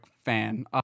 fan